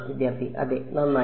വിദ്യാർത്ഥി അതെ നന്നായി